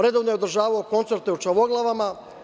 Redovno je održavao koncerte u Čavoglavama.